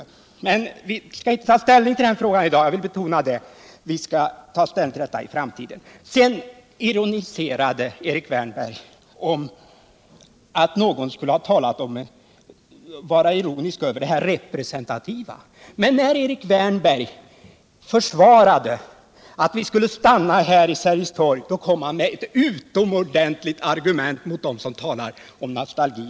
Vi skall emellertid inte ta ställning till den frågan i dag, utan det skall vi göra i framtiden, jag vill betona det. Erik Wärnberg gjorde sig också lustig över att någon skulle ha varit ironisk i fråga om det representativa. Men när Erik Wärnberg försvarade ståndpunkten att vi skulle stanna här vid Sergels torg, hade han ett utomordentligt argument mot dem som talar om nostalgi.